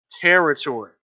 Territory